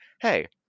hey